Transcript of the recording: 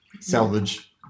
salvage